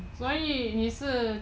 所以你是